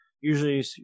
usually